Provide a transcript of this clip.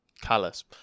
callous